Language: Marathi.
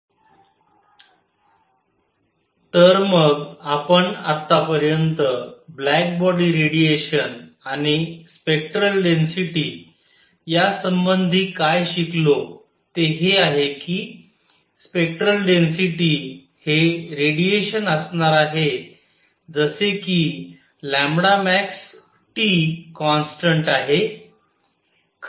black body radiation VI Wien distribution law and Rayleigh Jeans distribution law तर मग आपण आतापर्यंत ब्लॅक बॉडी रेडिएशन आणि स्पेक्टरल डेन्सिटी यासंबंधी काय शिकलो ते हे आहे की स्पेक्टरल डेन्सिटी हे रेडिएशन असणार आहे जसे कि maxT कॉन्स्टंट आहे